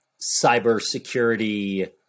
cybersecurity